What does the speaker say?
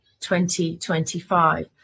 2025